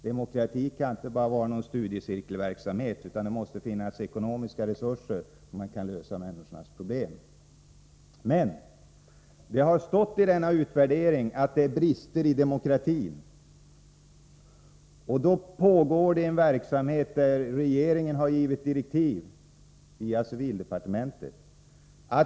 Demokrati kan inte bara vara studiecirkelsverksamhet, utan det måste finnas ekonomiska resurser bakom, så att man kan lösa människors problem. Men det har stått i denna utvärdering att det finns brister i demokratin. Då vill jag nämna att det pågår en verksamhet som regeringen har gett direktiv för via civildepartementet.